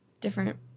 different